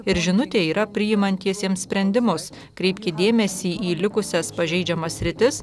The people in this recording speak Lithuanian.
ir žinutė yra priimantiesiems sprendimus kreipti dėmesį į likusias pažeidžiamas sritis